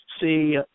see